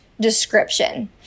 description